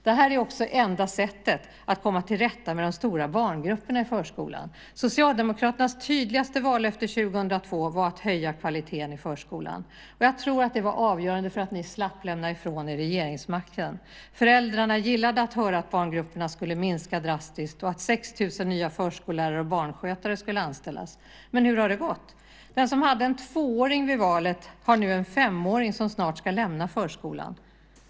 Det är också det enda sättet att komma till rätta med de stora barngrupperna i förskolan. Socialdemokraternas tydligaste vallöfte 2002 var att höja kvaliteten i förskolan, och jag tror att det var avgörande för att ni slapp lämna ifrån er regeringsmakten. Föräldrarna gillade att höra att barngrupperna skulle minska drastiskt och 6 000 nya förskollärare och barnskötare anställas. Men hur har det gått? Den som hade en tvååring vid valet har nu en femåring som snart ska lämna förskolan.